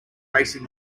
racing